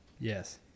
Yes